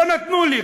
לא נתנו לי,